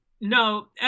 no